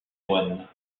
moines